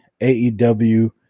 AEW